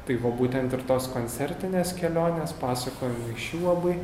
tai buvo būtent ir tos koncertinės kelionės pasakojimai iš jų labai